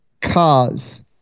cars